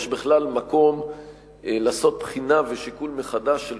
יש בכלל מקום לעשות בחינה ושיקול מחדש של